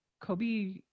Kobe